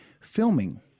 filming